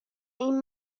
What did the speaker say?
این